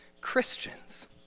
Christians